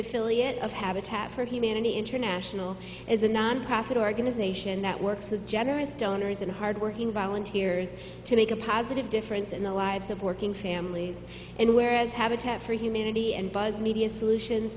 affiliate of habitat for humanity international is a nonprofit organization that works with generous donors and hardworking volunteers to make a positive difference in the lives of working families and where as habitat for humanity and buzz media solutions